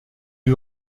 lui